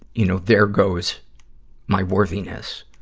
you know, there goes my worthiness.